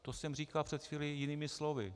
To jsem říkal před chvílí jinými slovy.